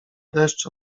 deszcz